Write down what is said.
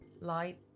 Light